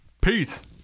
Peace